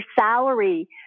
salary